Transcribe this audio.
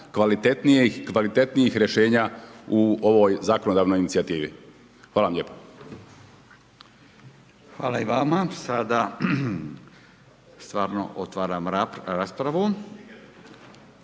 kvalitetnijih rješenja u ovoj zakonodavnoj inicijativi. Hvala vam lijepo. **Radin, Furio (Nezavisni)** Hvala i vama. Sada stvarno otvaram raspravu.